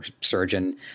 surgeon